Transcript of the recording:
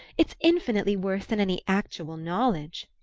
it's infinitely worse than any actual knowledge.